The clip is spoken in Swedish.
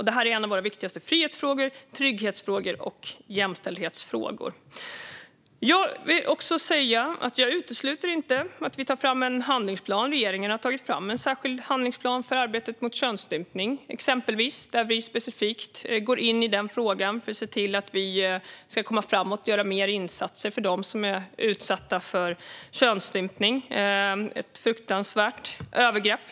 Det här är en av våra viktigaste frihetsfrågor, trygghetsfrågor och jämställdhetsfrågor. Jag utesluter inte att vi tar fram en handlingsplan. Regeringen har tagit fram en särskild handlingsplan för arbetet mot könsstympning, exempelvis, där vi specifikt går in i frågan för att se till att komma framåt och göra fler insatser för dem som är utsatta för detta. Könsstympning är ett fruktansvärt övergrepp.